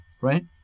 right